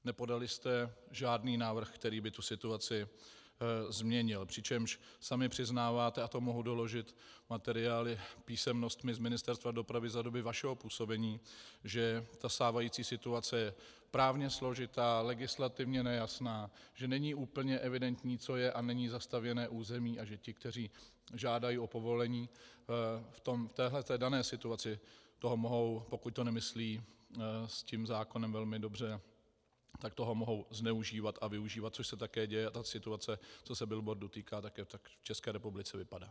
Nepodali jste žádný návrh, který by tu situaci změnil, přičemž sami přiznáváte, a to mohu doložit materiály, písemnostmi z Ministerstva dopravy za dobu vašeho působení, že ta stávající situace je právně složitá, legislativně nejasná, že není úplně evidentní, co je a není zastavěné území, a že ti, kteří žádají o povolení v té dané situaci, toho mohou, pokud to nemyslí s tím zákonem velmi dobře, tak toho mohou zneužívat a využívat, což se také děje, a ta situace, co se billboardů týká, tak to tak v České republice vypadá.